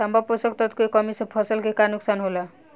तांबा पोषक तत्व के कमी से फसल के का नुकसान होला?